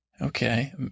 okay